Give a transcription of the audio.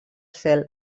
cel